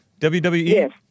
WWE